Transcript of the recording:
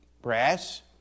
Brass